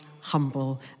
humble